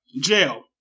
Jail